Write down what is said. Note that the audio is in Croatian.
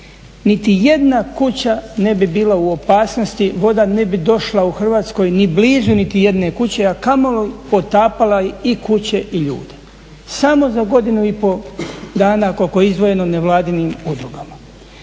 niti jedna kuća ne bi bila u opasnosti, voda ne bi došla u Hrvatskoj ni blizu niti jedne kuće, a kamoli potapala i kuće i ljude, samo za godinu i pol dana koliko je izdvojeno nevladinim udrugama.